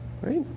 Right